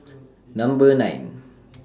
Number nine